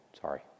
sorry